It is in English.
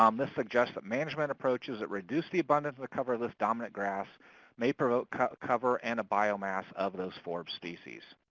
um this suggests that management approaches that reduce the abundance of the cover of this dominant grass may promote cover and biomass of those forb species.